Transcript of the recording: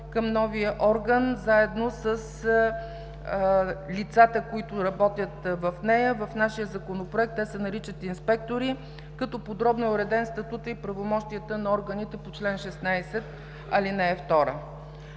към новия орган, заедно с лицата, които работят в нея. В нашия Законопроект те се наричат „инспектори“, като подробно са уредени статутът и правомощията на органите по чл. 16, ал. 2.